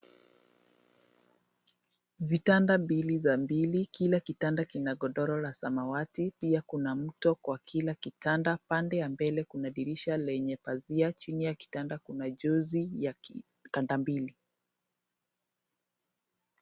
Vitanda mbili za mbili. Kila kitanda kina godoro la samawati, pia kuna mto kwa kila kitanda. Pande ya mbele kuna dirisha lenye pazia. Chini ya kitanda kuna jozi ya kitanda mbili.